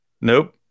Nope